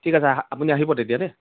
ঠিক আছে আপুনি আহিব তেতিয়া দেই